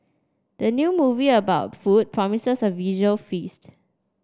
the new movie about food promises a visual feast